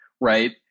right